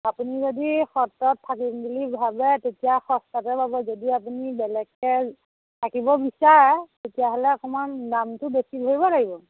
আপুনি যদি সত্ৰত থাকিম বুলি ভাবে তেতিয়া সস্তাতে পাব যদি আপুনি বেলেগকৈ থাকিব বিচাৰে তেতিয়াহ'লে অকণমান দামটো বেছি ধৰিব লাগিব